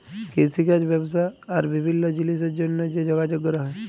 কিষিকাজ ব্যবসা আর বিভিল্ল্য জিলিসের জ্যনহে যে যগাযগ ক্যরা হ্যয়